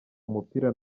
umupira